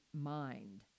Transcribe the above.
mind